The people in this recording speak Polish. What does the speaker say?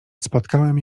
spotkałem